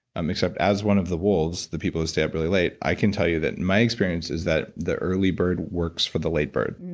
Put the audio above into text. um except as one of the wolves, the people who stay up really late, i can tell you that my experience is that the early bird works for the late bird.